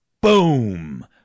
Boom